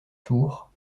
tour